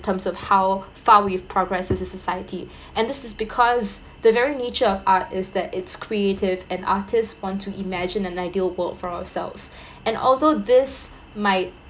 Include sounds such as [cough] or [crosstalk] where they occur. terms of how far we've progress as a society [breath] and this is because the very nature of art is that it's creative and artist want to imagine an ideal world for ourselves [breath] and although this might